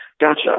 Gotcha